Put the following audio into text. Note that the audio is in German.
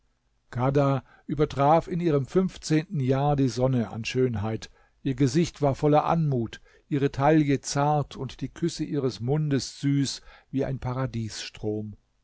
kadha übertraf in ihrem fünfzehnten jahr die sonne an schönheit ihr gesicht war voller anmut ihre taille zart und die küsse ihres mundes süß wie ein